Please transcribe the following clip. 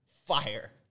Fire